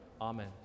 Amen